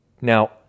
Now